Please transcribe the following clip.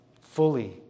fully